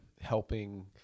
helping